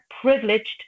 privileged